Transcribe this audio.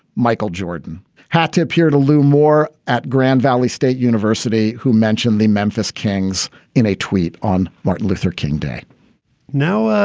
michael jordan had to appear to lou more at grand valley state university who mentioned the memphis kings in a tweet on martin luther king day now,